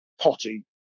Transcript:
potty